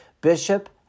Bishop